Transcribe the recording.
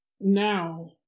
now